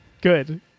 good